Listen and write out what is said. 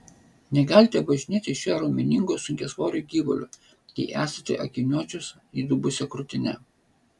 negalite važinėtis šiuo raumeningu sunkiasvoriu gyvuliu jei esate akiniuočius įdubusia krūtine